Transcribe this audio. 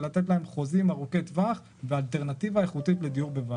לתת להם חוזים ארוכי טווח ואלטרנטיבה איכותית לדיור.